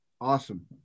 Awesome